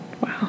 Wow